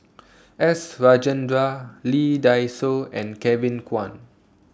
S Rajendran Lee Dai Soh and Kevin Kwan